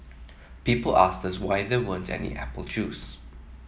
people asked us why there weren't any apple juice